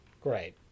Great